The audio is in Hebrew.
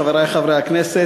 חברי חברי הכנסת,